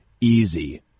easy